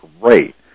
great